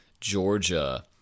Georgia